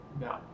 no